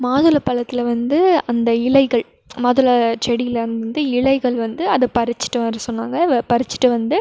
மாதுளம்பழத்துல வந்து அந்த இலைகள் மாதுள செடியில் அந்த இலைகள் வந்து அதை பறிச்சிட்டு வர சொன்னாங்க பறிச்சிட்டு வந்து